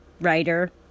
writer